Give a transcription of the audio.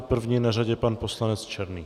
První je na řadě pan poslanec Černý.